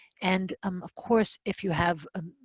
and, um of course, if you have, ah